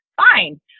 fine